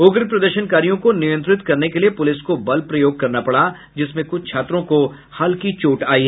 उग्र प्रदर्शनकारियों को नियंत्रित करने के लिये पुलिस को बल प्रयोग करना पड़ा जिसमें कुछ छात्रों को हल्की चोंट आयी